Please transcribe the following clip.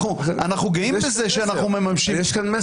אנחנו גאים בזה שאנחנו ממשים.